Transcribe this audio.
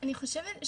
אני חושבת,